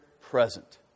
present